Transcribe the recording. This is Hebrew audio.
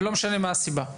ולא משנה מה הסיבה?